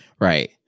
Right